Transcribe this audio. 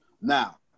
Now